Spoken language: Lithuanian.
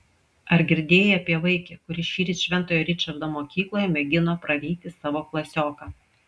ar girdėjai apie vaikį kuris šįryt šventojo ričardo mokykloje mėgino praryti savo klasioką